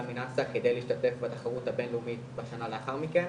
מנאס"א כדי להשתתף בתחרות הבינלאומית בשנה לאחר מכן